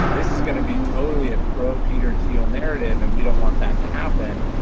this is going to be totally a pro peter thiel narrative, and we don't want that to happen.